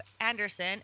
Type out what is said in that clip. Anderson